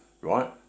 right